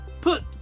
put